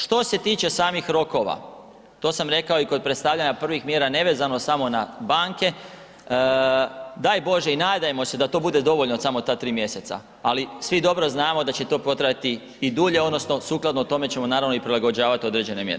Što se tiče samih rokova, to sam rekao i kod predstavljanja prvih mjera, nevezano samo na banke, daj Bože i nadajmo se da to bude dovoljno samo ta 3 mjeseca, ali svi dobro znamo da će to potrajati i dulje odnosno sukladno tome ćemo naravno i prilagođavati određene mjere.